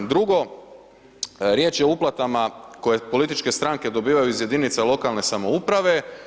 Drugo, riječ je o uplatama koje političke stranke dobivaju iz jedinica lokalne samouprave.